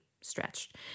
stretched